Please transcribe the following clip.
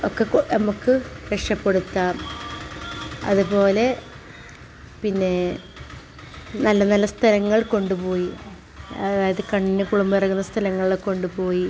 ഒക്കെ കൊ നമുക്ക് രക്ഷപ്പെടുത്താം അതുപോലെ പിന്നെ നല്ല നല്ല സ്ഥലങ്ങളിൽ കൊണ്ടുപോയി അതായത് കണ്ണിന് കുളിർമ ഇറങ്ങുന്ന സ്ഥലങ്ങളിൽ കൊണ്ടുപോയി